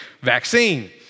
vaccine